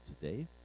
today